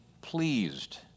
pleased